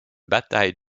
bataille